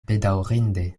bedaŭrinde